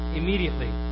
immediately